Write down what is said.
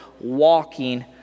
walking